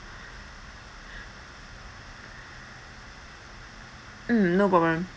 mm no problem